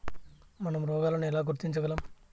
మనం రోగాలను ఎలా గుర్తించగలం?